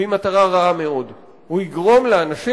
והיא מטרה רעה מאוד: הוא יגרום לאנשים